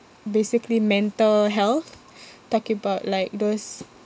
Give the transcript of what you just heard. basically mental health talking about like those